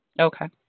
Okay